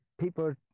people